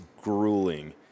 grueling